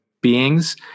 beings